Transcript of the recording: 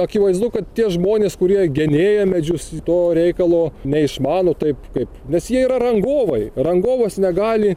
akivaizdu kad tie žmonės kurie genėja medžius to reikalo neišmano taip kaip nes jie yra rangovai rangovas negali